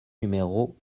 numéro